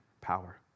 power